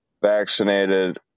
vaccinated